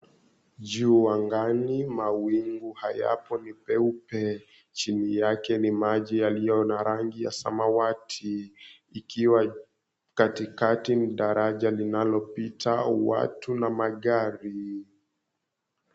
Juu angani mawingu hayapo ni peupe. Chini yake ni maji yaliyo na rangi ya samawati ikiwa katikati ni daraja linalopita watu na magari.